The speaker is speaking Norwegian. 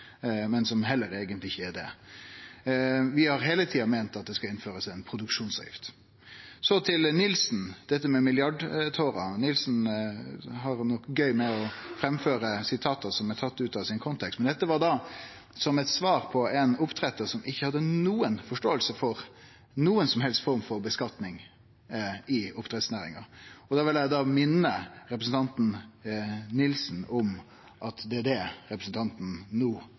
men som eigentleg ikkje er det. Vi har heile tida meint at det skal innførast ei produksjonsavgift. Så til representanten Nilsen og dette med milliardtårer. Representanten Nilsen har det nok gøy med å framføre sitat som er tatt ut av konteksten, men dette var eit svar til ein oppdrettar som ikkje hadde noka forståing for noka form for skattlegging i oppdrettsnæringa. Eg vil da minne representanten Nilsen om at det er det representanten no